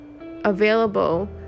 available